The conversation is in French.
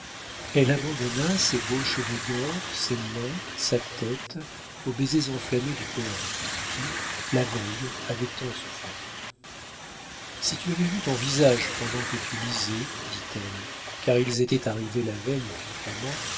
elle abandonna ses beaux cheveux d'or ses mains sa tête aux baisers enflammés du poète qui la veille avait tant souffert si tu avais vu ton visage pendant que tu lisais dit-elle car ils étaient arrivés la veille au tutoiement